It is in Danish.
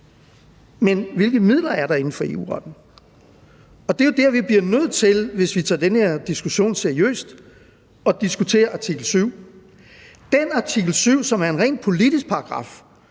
Men hvilke midler er der inden for EU-retten? Det er jo der, vi bliver nødt til – hvis vi tager den her diskussion seriøst – at diskutere artikel 7, nemlig den artikel 7, som er en rent politisk paragraf,